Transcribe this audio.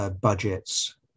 budgets